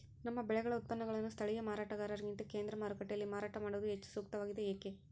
ನಮ್ಮ ಬೆಳೆಗಳ ಉತ್ಪನ್ನಗಳನ್ನು ಸ್ಥಳೇಯ ಮಾರಾಟಗಾರರಿಗಿಂತ ಕೇಂದ್ರ ಮಾರುಕಟ್ಟೆಯಲ್ಲಿ ಮಾರಾಟ ಮಾಡುವುದು ಹೆಚ್ಚು ಸೂಕ್ತವಾಗಿದೆ, ಏಕೆ?